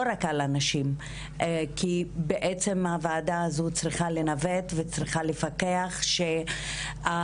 לא רק על הנשים כי בעצם הוועדה הזו צריכה לנווט וצריכה לפקח שהממשלה